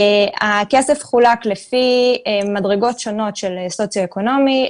הכסף חולק לפי מדרגות שונות של סוציו אקונומי,